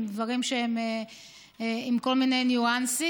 עם דברים שהם עם כל מיני ניואנסים,